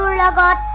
la la